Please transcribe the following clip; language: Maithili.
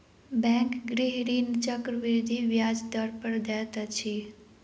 बैंक गृह ऋण चक्रवृद्धि ब्याज दर पर दैत अछि